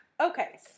Okay